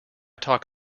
talk